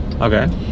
okay